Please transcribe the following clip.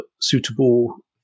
suitable